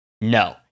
no